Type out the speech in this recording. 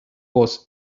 was